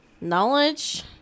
knowledge